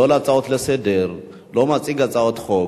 לא על הצעות לסדר-היום, לא מציג הצעות חוק.